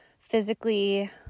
physically